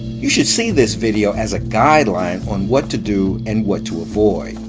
you should see this video as a guideline on what to do and what to avoid.